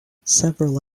several